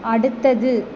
அடுத்தது